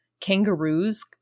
kangaroos